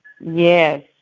Yes